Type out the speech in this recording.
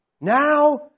Now